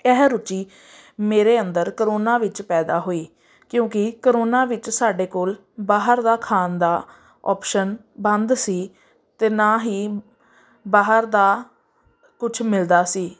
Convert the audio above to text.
ਇਹ ਰੁਚੀ ਮੇਰੇ ਅੰਦਰ ਕਰੋਨਾ ਵਿੱਚ ਪੈਦਾ ਹੋਈ ਕਿਉਂਕਿ ਕਰੋਨਾ ਵਿੱਚ ਸਾਡੇ ਕੋਲ ਬਾਹਰ ਦਾ ਖਾਣ ਦਾ ਓਪਸ਼ਨ ਬੰਦ ਸੀ ਅਤੇ ਨਾ ਹੀ ਬਾਹਰ ਦਾ ਕੁਛ ਮਿਲਦਾ ਸੀ